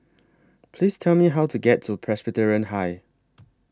Please Tell Me How to get to Presbyterian High